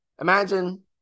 imagine